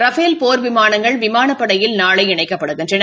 Rafale போர் விமானங்கள் விமானப் படையில் நாளை இணைக்கப்படுகின்றன